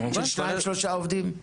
של שניים, שלושה עובדים?